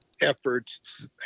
efforts